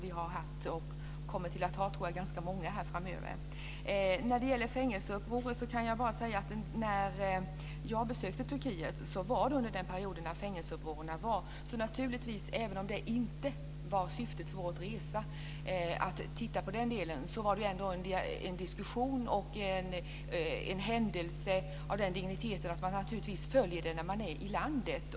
Vi har haft ganska många, och kommer att ha ganska många framöver. När det gäller fängelseupproret kan jag bara säga att jag besökte Turkiet under den perioden. Även om det inte var syftet med vår resa att titta på den delen, fördes naturligtvis en diskussion. Det var en händelse av den dignitet att man naturligtvis följer den när man är i landet.